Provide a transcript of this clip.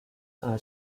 are